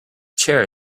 chair